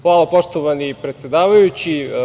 Hvala, poštovani predsedavajući.